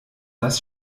das